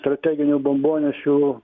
strateginių bombonešių